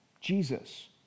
Jesus